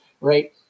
right